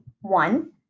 one